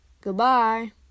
Goodbye